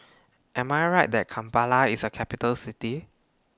Am I Right that Kampala IS A Capital City